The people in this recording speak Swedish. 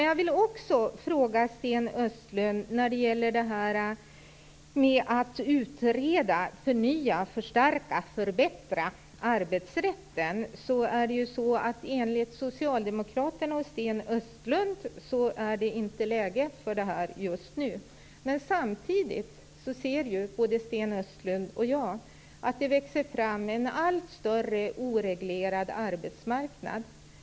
Jag vill till Sten Östlund också säga att det enligt honom just nu inte är läge för att utreda, förnya, förstärka och förbättra arbetsrätten. Samtidigt kan både Sten Östlund och jag se att det växer fram en allt större oreglerad arbetsmarknad.